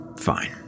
fine